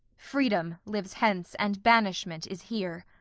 freedom lives hence, and banishment is here.